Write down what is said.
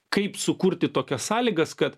kaip sukurti tokias sąlygas kad